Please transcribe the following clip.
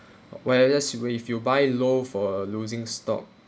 where a~ as you be if you buy low for a losing stock